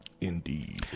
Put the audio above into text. indeed